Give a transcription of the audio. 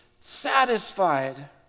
satisfied